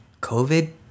COVID